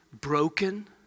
broken